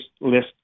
list